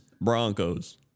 Broncos